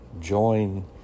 join